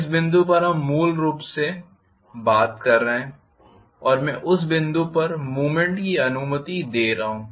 इस बिंदु पर हम मूल रूप से बात कर रहे हैं मैं उस बिंदु पर मूवमेंट की अनुमति दे रहा हूं